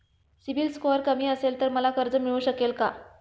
CIBIL score कमी असेल तर मला कर्ज मिळू शकेल का?